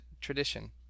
tradition